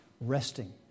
resting